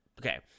Okay